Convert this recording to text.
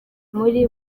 muri